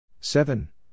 Seven